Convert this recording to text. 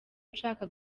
nshaka